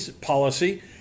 policy